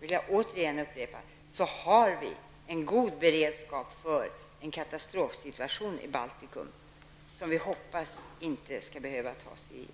vill jag återigen upprepa att vi har en god beredskap för en katastrofsituation i Baltikum, en beredskap som vi hoppas inte behöver tas i anspråk.